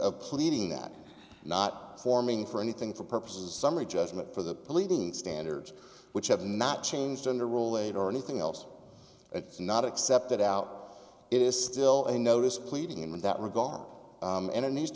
of pleading that not forming for anything for purposes of summary judgment for the pleading standards which have not changed under rule laid or anything else it's not accepted out it is still a notice pleading in that regard and it needs